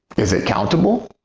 is it countable?